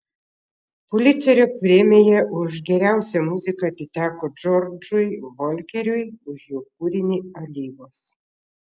pulicerio premija už geriausią muziką atiteko džordžui volkeriui už jo kūrinį alyvos